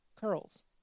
curls